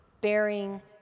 bearing